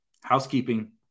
Housekeeping